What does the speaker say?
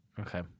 Okay